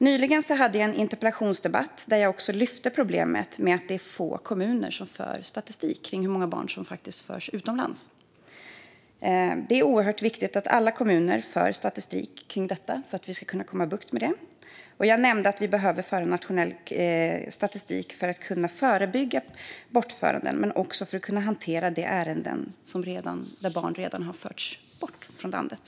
Nyligen hade jag en interpellationsdebatt där jag lyfte fram problemet med att det är få kommuner som för statistik om hur många barn som förs utomlands. Det är oerhört viktigt att alla kommuner för statistik om detta för att vi ska kunna få bukt med det. Jag nämnde att vi behöver föra nationell statistik för att kunna förebygga bortföranden men också för att kunna hantera de ärenden där barn redan har förts bort från landet.